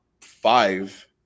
five